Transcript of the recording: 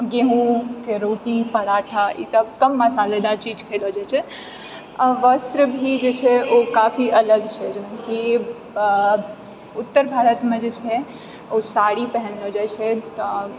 गेहूँके रोटी पराठा ई सभ कम मसालेदार चीज खाइलो जाइ छै आ वस्त्र भी जे छै ओ काफी अलग छै जेनाकि अऽ उत्तर भारतमे जे छै ओ साड़ी पहिनलो जाइ छै तऽ